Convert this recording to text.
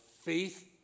faith